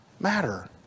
matter